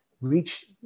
reach